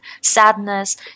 sadness